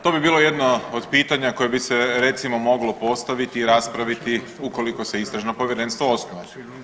To bi bilo jedno od pitanja koje bi se recimo moglo postaviti i raspraviti ukoliko se istražno povjerenstvo osnuje.